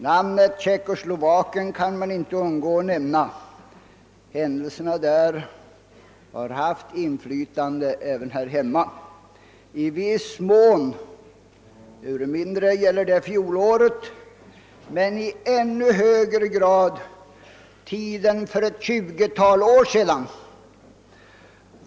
Namnet Tjeckoslovakien kan man inte undgå att nämna. Händelserna där har haft inflytande på utvecklingen även här hemma. I viss mån, ehuru mindre, gäller detta fjolåret men i ännu högre grad tiden för ett tjugotal år sedan.